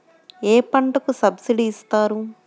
ఏ పంటకు సబ్సిడీ ఇస్తారు?